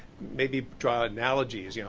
maybe draw analogies. you know